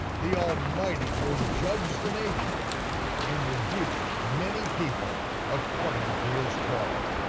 the almighty will judge the nations and rebuke many people according to his torah.